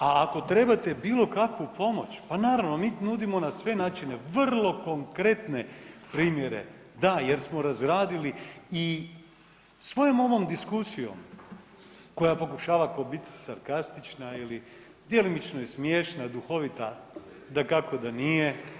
A ako trebate bilo kakvu pomoć, pa naravno mi nudimo na sve načine vrlo konkretne primjere da jer smo razradili i svojom ovom diskusijom koja pokušava biti sarkastična ili djelimično i smiješna, duhovita, dakako da nije.